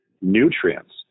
nutrients